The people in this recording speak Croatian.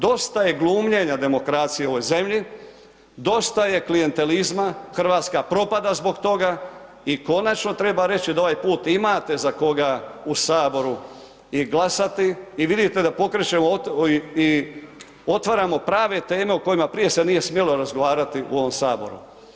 Dosta je glumljena demokracije u ovoj zemlji, dosta je klijentizma, Hrvatska propada zbog toga i konačno treba reći, da ovaj put imate za koga u Saboru i glasati i vidite da pokrećemo i otvaramo prave teme o kojima prije se nije smjelo razgovarati u ovom Saboru.